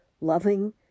loving